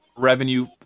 revenue